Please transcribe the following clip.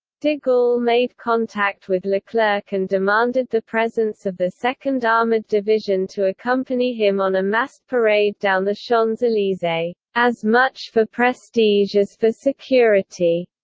de gaulle made contact with leclerc and demanded the presence of the second armoured division to accompany him on a massed parade down the champs elysees, as much for prestige as for security.